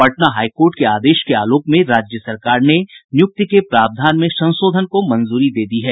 Patna high court के आदेश के आलोक में राज्य सरकार ने नियुक्ति के प्रावधान में संशोधन को मंजूरी दे दी है